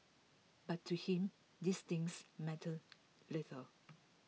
but to him these things mattered little